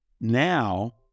now